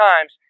times